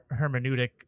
hermeneutic